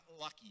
lucky